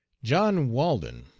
john walden.